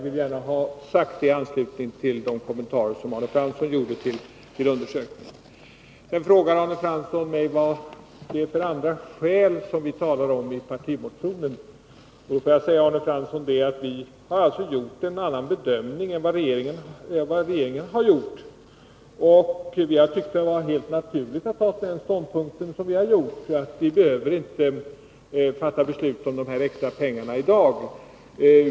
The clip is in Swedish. I anslutning till de kommentarer som Arne Fransson gjorde med anledning av undersökningen vill jag gärna ha sagt detta. Sedan frågade Arne Fransson mig vilka andra skäl som vi talar om i partimotionen. Vi har alltså gjort en annan bedömning än regeringen. Enligt vår åsikt har det varit helt naturligt att ta den ståndpunkt som vi har tagit. Man behöver, menar vi, inte fatta beslut om de här extra pengarna i dag.